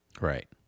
Right